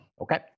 Okay